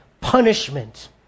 punishment